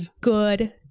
good